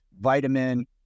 vitamin